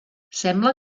sembla